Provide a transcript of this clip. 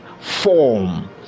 form